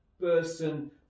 person